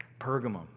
Pergamum